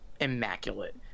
immaculate